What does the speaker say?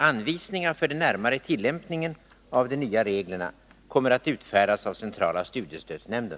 Anvisningar för den närmare tillämpningen av de nya reglerna kommer att utfärdas av centrala studiestödsnämnden.